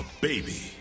baby